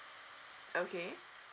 okay